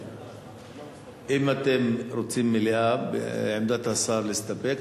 אם אתם רוצים מליאה ועמדת השר היא להסתפק,